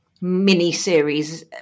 mini-series